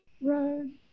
road